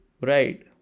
Right